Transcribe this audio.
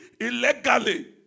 illegally